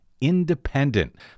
independent